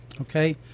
okay